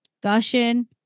gushing